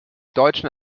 deutschen